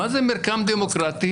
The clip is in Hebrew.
מה זה מרקם דמוקרטי?